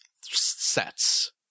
sets